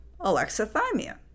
alexithymia